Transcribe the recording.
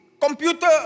Computer